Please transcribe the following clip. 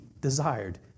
desired